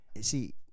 See